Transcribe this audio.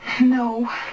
No